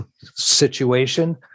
situation